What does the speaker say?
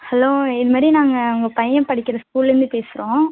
hello இதுமாதிரி நாங்கள் உங்கள் பையன் படிக்கிற ஸ்கூல்லேர்ந்து பேசுகிறோம்